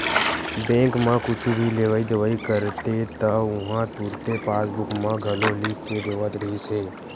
bank म कुछु भी लेवइ देवइ करते त उहां तुरते पासबूक म घलो लिख के देवत रिहिस हे